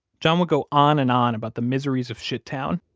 john would go on and on about the miseries of shittown,